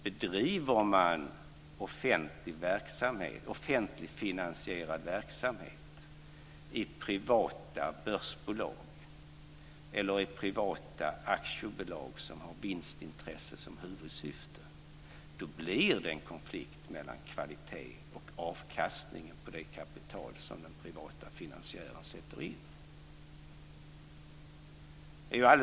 Bedriver man offentligt finansierad verksamhet i privata börsbolag eller i privata aktiebolag som har vinstintresse som huvudsyfte så blir det en konflikt mellan kvalitet och avkastning på det kapital som den privata finansiären sätter in.